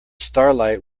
starlight